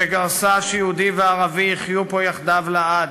שגרסה שיהודי וערבי יחיו פה יחדיו לעד.